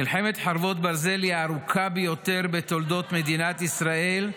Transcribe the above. מלחמת חרבות ברזל היא הארוכה ביותר בתולדות מדינת ישראל,